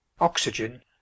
oxygen